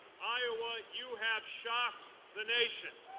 iowa, you have shocked the nation.